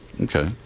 Okay